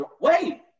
Wait